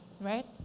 right